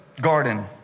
garden